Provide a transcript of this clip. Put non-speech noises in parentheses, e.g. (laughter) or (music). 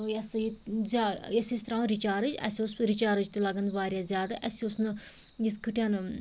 یہِ ہسا یہِ (unintelligible) أسۍ ٲسۍ ترٛاوان رِچارٕج اَسہِ اوس رِچارٕج تہِ لگان وارِیاہ زیادٕ اَسہِ اوس نہٕ یِتھ پٲٹھۍ